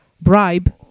bribe